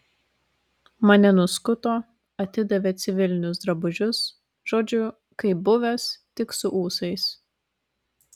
mane nuskuto atidavė civilinius drabužius žodžiu kaip buvęs tik su ūsais